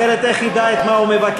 אחרת איך ידע את מה הוא מבקר?